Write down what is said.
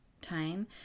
time